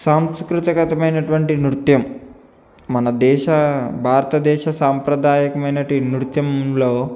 సాంస్కృతికతమైనటువంటి నృత్యం మన దేశ భారతదేశ సాంప్రదాయకం అయినటువంటి నృత్యంలో